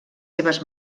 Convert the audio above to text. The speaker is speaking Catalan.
seves